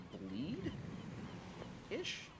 bleed-ish